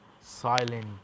silent